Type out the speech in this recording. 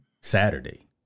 Saturday